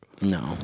No